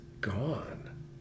gone